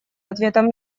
ответом